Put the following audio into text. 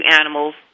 animals